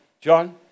John